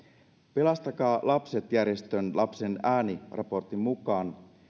pelastakaa lapset järjestön lapsen ääni raportin mukaan